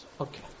Okay